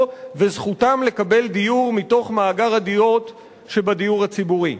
וזכותם לקבל דיור מתוך מאגר הדירות שבדיור הציבורי.